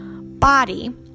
body